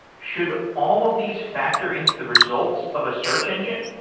should all of these factor into the results of a search engine?